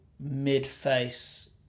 mid-face